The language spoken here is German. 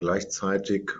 gleichzeitig